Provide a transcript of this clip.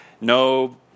no